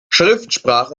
schriftsprache